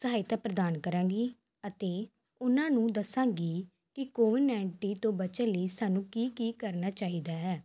ਸਹਾਇਤਾ ਪ੍ਰਦਾਨ ਕਰਾਂਗੀ ਅਤੇ ਉਹਨਾਂ ਨੂੰ ਦੱਸਾਂਗੀ ਕਿ ਕੋਵਿਡ ਨਾਈਟੀ ਤੋਂ ਬਚਣ ਲਈ ਸਾਨੂੰ ਕੀ ਕੀ ਕਰਨਾ ਚਾਹੀਦਾ ਹੈ